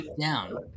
Down